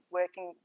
working